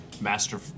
Master